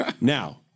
now